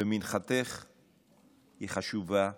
ומנחתך היא חשובה ויקרה.